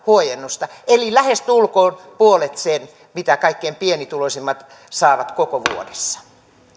huojennusta eli lähestulkoon puolet siitä mitä kaikkein pienituloisimmat saavat koko vuodessa